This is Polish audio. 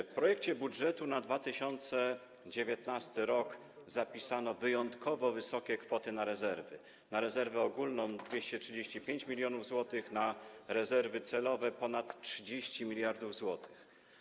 W projekcie budżetu na 2019 r. zapisano wyjątkowo wysokie kwoty na rezerwy - na rezerwę ogólną 235 mln zł, na rezerwy celowe ponad 30 mld zł.